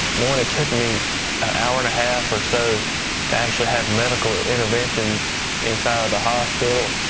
knowing it took me hour and a half or so to actually have medical intervention inside of the hospital,